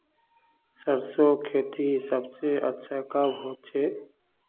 सरसों खेती सबसे अच्छा कब होचे?